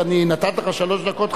נתתי לך שלוש דקות.